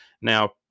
now